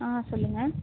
ஆ சொல்லுங்க